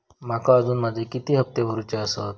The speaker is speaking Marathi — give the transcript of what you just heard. माका अजून माझे किती हप्ते भरूचे आसत?